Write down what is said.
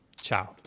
Ciao